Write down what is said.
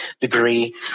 degree